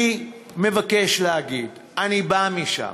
אני מבקש להגיד: אני בא משם,